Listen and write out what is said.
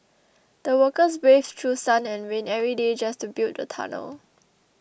the workers braved through sun and rain every day just to build the tunnel